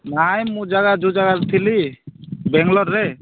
ନାଇଁ ମୁଁ ଜାଗା ଯେଉଁ ଜାଗାରେ ଥିଲି ବାଙ୍ଗାଲୋରରେ